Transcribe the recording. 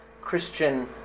Christian